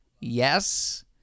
yes